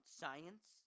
science